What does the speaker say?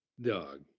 Dog